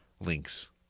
links